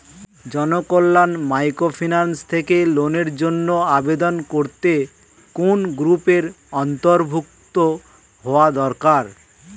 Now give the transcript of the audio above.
Janakalyan microfinance থেকে লোনের জন্য আবেদন করতে কোন গ্রুপের অন্তর্ভুক্ত হওয়া দরকার?